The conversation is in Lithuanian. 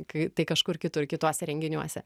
kai tai kažkur kitur kituose renginiuose